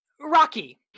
Rocky